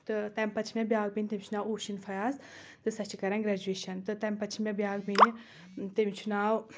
تہٕ تَمہِ پتہٕ چھِ مےٚ بیاکھ بیٚنہِ تٔمِس چھُ ناو اوشیٖن فیاض تہٕ سۄ چھِ کران گریجویشن تہٕ تمہِ پتہٕ چھِ مےٚ بیاکھ بیٚنہِ تٔمِس چھُ ناو